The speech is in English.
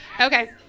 Okay